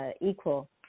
equal